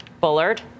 Bullard